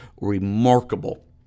remarkable